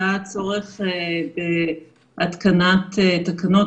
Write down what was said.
היה צורך בהתקנת תקנות,